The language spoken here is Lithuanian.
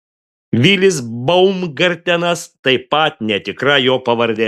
vilis baumgartenas taip pat netikra jo pavardė